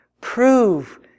Prove